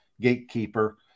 gatekeeper